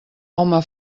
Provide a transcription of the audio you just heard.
home